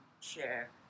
share